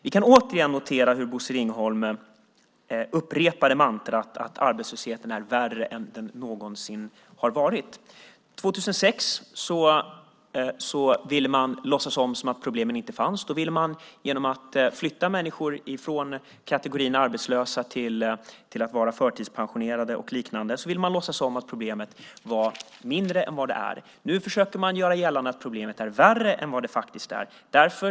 Vi kan återigen notera hur Bosse Ringholm upprepade mantrat att arbetslösheten är värre än den någonsin har varit. År 2006 ville man låtsas att problemen inte fanns. Då ville man genom att flytta människor från kategorin arbetslösa till att vara förtidspensionerade och liknande låtsas att problemet var mindre än det är. Nu försöker man göra gällande att problemet är värre än det faktiskt är.